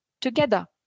together